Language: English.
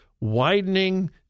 widening